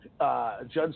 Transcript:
Judge